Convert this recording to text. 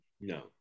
No